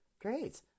Great